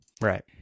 Right